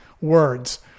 words